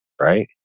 right